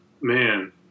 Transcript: man